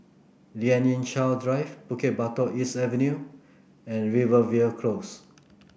Lien Ying Chow Drive Bukit Batok East Avenue and Rivervale Close